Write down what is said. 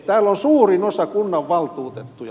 täällä on suurin osa kunnanvaltuutettuja